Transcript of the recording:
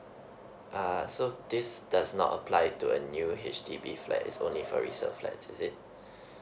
uh ya so this does not apply to a new H_D_B flat is only for resale flat is it